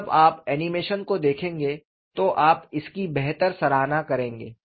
और जब आप एनीमेशन को देखेंगे तो आप इसकी बेहतर सराहना करेंगे